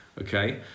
Okay